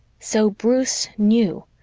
so bruce knew,